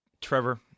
Trevor